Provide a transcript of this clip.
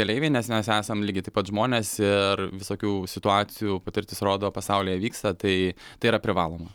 keleiviai nes mes esam lygiai taip pat žmonės ir visokių situacijų patirtis rodo pasaulyje vyksta tai tai yra privaloma